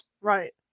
Right